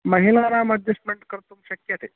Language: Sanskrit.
महिलानां अड्जस्ट्मेण्ट् कर्तुं शक्यते